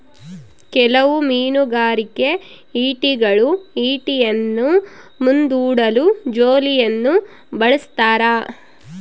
ಕೆಲವು ಮೀನುಗಾರಿಕೆ ಈಟಿಗಳು ಈಟಿಯನ್ನು ಮುಂದೂಡಲು ಜೋಲಿಯನ್ನು ಬಳಸ್ತಾರ